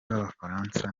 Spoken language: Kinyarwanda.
b’abafaransa